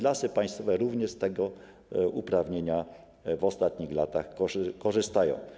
Lasy Państwowe również z tego uprawnienia w ostatnich latach korzystają.